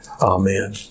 Amen